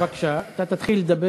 בבקשה, אתה תתחיל לדבר.